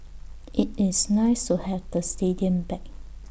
IT is nice to have the stadium back